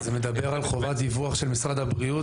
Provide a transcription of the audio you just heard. זה מדבר על חובת דיווח של משרד הבריאות